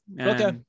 Okay